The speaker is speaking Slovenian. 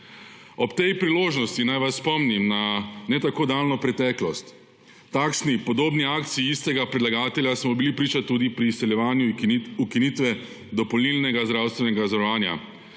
Ob tej priložnosti naj vas spomnim na ne tako daljno preteklost. Takšni, podobni akciji istega predlagatelja smo bili priča tudi pri izsiljevanju ukinitve dopolnilnega zdravstvenega zavarovanja,